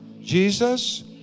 Jesus